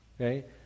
Okay